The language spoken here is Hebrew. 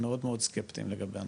מאוד מאוד סקפטיים לגבי הנושאים.